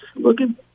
Looking